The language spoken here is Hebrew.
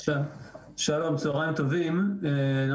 צוהריים טובים, חודש טוב לכולם.